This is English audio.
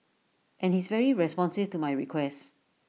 and he's very responsive to my requests